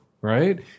right